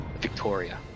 Victoria